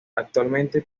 actualmente